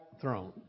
throne